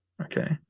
Okay